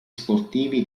sportivi